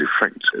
effective